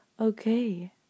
okay